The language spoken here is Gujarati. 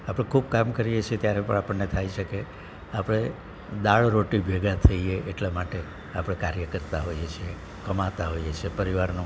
આપણે ખૂબ કામ કરીએ છીએ ત્યારે પણ આપણને થાય છે કે આપણે દાળ રોટી ભેગા થઈએ એટલા માટે આપણે કાર્ય કરતા હોઈએ છીએ કમાતા હોઈએ છીએ પરિવારનો